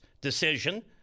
decision